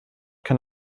kann